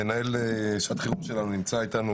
המנהל לשעת חירום שלנו נמצא איתנו